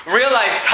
realize